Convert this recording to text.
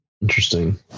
Interesting